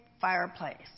fireplace